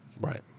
Right